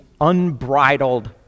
unbridled